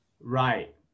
Right